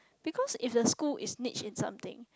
because if the school is niche in something